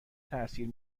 تاثیر